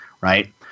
right